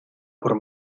por